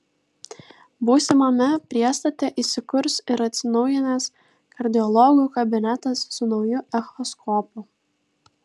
būsimame priestate įsikurs ir atsinaujinęs kardiologų kabinetas su nauju echoskopu